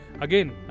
Again